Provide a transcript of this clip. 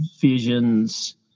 visions